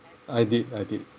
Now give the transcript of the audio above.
I did I did